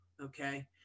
Okay